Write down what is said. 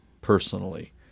personally